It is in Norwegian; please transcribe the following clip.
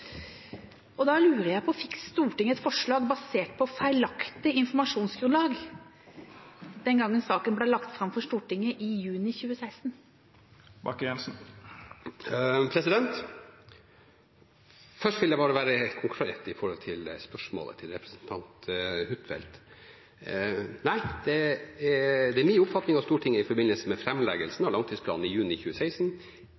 Fikk Stortinget et forslag basert på feilaktig informasjonsgrunnlag da saken ble lagt fram for Stortinget i juni 2016?» Først vil jeg bare være helt konkret når det gjelder spørsmålet fra representanten Huitfeldt: Nei, det er min oppfatning at Stortinget i forbindelse med